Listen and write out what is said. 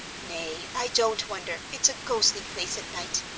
nay, i don't wonder, it's a ghostly place at night.